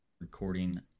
recording